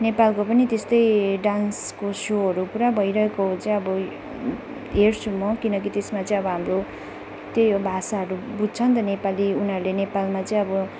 नेपालको पनि त्यस्तै डान्सको सोहरू पुरा भइरहेको चाहिँ अब हेर्छु म किनकि त्यसमा चाहिँ अब हाम्रो त्यही हो भाषाहरू बुझ्छ नि त नेपाली उनीहरूले नेपालमा चाहिँ अब